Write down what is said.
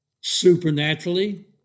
supernaturally